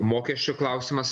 mokesčių klausimas